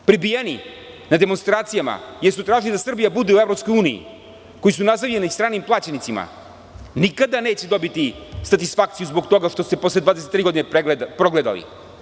Prebijeni na demonstracijama, jer su tražila da Srbija bude u Evropskoj uniji, koji su nazivani stranim plaćenicima, nikada neće dobiti satisfakciju zbog toga što su posle 23 godine progledali.